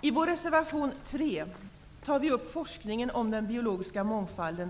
I reservation 3 tar vi upp forskningen om den biologiska mångfalden.